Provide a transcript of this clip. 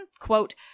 quote